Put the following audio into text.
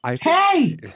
Hey